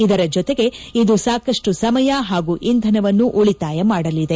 ಇದರ ಜೊತೆಗೆ ಇದು ಸಾಕಷ್ಟು ಸಮಯ ಹಾಗೂ ಇಂಧನವನ್ನು ಉಳಿತಾಯ ಮಾಡಲಿದೆ